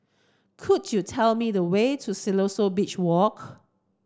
could you tell me the way to Siloso Beach Walk